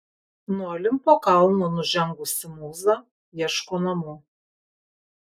nuo olimpo kalno nužengusi mūza ieško namų